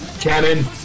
Cannon